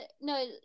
no